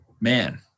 man